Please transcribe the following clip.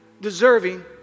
deserving